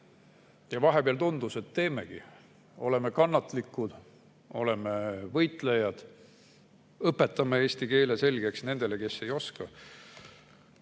ära. Vahepeal tundus, et teemegi, oleme kannatlikud, oleme võitlejad, õpetame eesti keele selgeks nendele, kes ei oska.